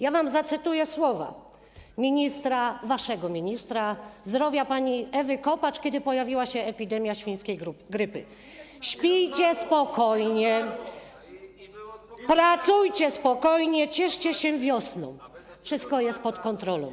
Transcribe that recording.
Ja wam zacytuję słowa ministra, waszego ministra zdrowia, pani Ewy Kopacz, kiedy pojawiła się epidemia świńskiej grypy: „Śpijcie spokojnie, pracujcie spokojnie, cieszcie się wiosną, wszystko jest pod kontrolą”